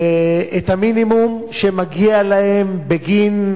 את המינימום שמגיע להם בגין